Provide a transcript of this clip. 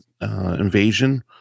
invasion